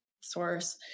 Source